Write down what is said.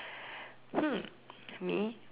hmm me